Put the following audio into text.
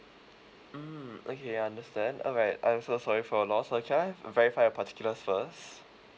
mm okay I understand alright I'm so sorry for your loss so can I verify your particulars first